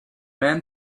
man